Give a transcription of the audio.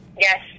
yes